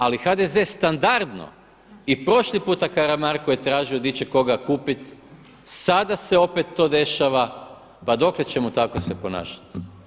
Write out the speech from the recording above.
Ali HDZ standardno i prošli puta Karamarko je tražio gdje će koga kupiti, sada se opet to dešava, pa dokle ćemo tako se ponašati?